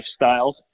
lifestyles